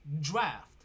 draft